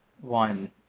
one